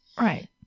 right